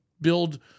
build